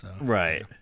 Right